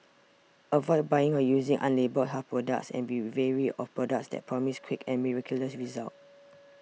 avoid buying or using unlabelled health products and be wary of products that promise quick and miraculous results